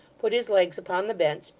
put his legs upon the bench,